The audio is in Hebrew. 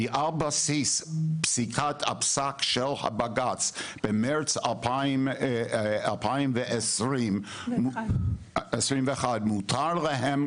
ועל בסיס פסיקת הפסק של בג"ץ במרץ 2021 מותר להם,